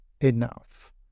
enough